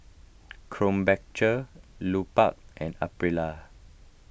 Krombacher Lupark and Aprilia